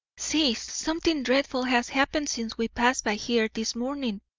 see! something dreadful has happened since we passed by here this morning.